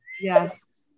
yes